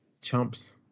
chumps